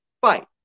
fight